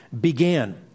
began